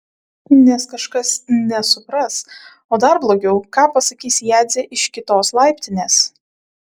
nes kažkas nesupras o dar blogiau ką pasakys jadzė iš kitos laiptinės